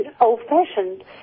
old-fashioned